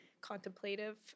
contemplative